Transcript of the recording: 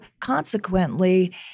consequently